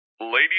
Ladies